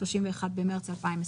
31 במרץ 2021."